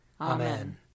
Amen